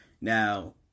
Now